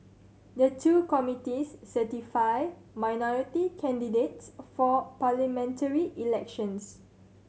the two committees certify minority candidates for parliamentary elections